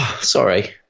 Sorry